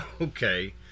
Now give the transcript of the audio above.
okay